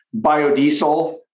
biodiesel